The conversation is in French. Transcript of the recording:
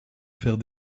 faire